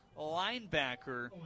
linebacker